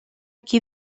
qui